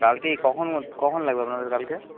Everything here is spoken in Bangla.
কালকেই কখন কখন লাগবে আপনাদের কালকে